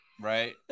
Right